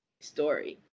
story